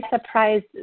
surprised